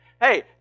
Hey